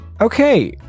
Okay